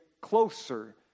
closer